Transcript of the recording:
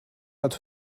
nad